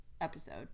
episode